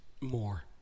more